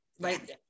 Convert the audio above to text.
Right